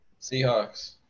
Seahawks